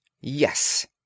Yes